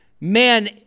Man